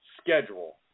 schedule